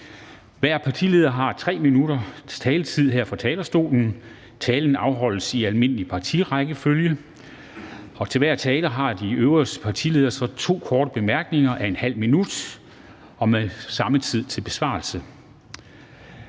Hver partileder har 3 minutters taletid her fra talerstolen, talerne afholdes i almindelig partirækkefølge, og til hver tale har de øvrige partiledere to korte bemærkninger af ½ minut og med samme tid til besvarelse.